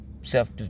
self